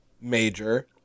Major